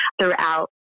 throughout